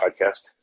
podcast